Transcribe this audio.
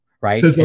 Right